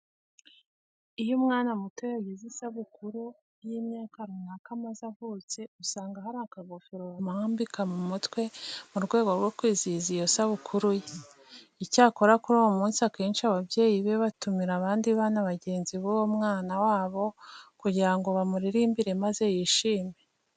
Iyo umwana muto yagize isabukuru y'imyaka runaka amaze avutse usanga hari akagofero bamwambika mu mutwe mu rwego rwo kwizihiza iyo sabukuru ye. Icyakora kuri uwo munsi akenshi ababyeyi be batumira abandi bana bagenzi b'uwo mwana wabo kugira ngo bamuririmbire maze yishime.